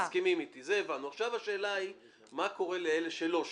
עכשיו השאלה היא מה קורה לאלה שלא שילמו,